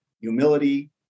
humility